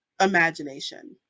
imagination